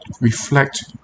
reflect